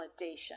validation